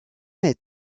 est